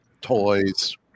Toys